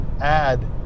add